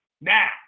now